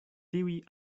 tiuj